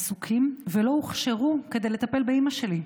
עסוקים ולא הוכשרו לטפל באימא שלי.